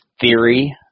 theory